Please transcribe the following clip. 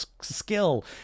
skill